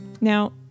Now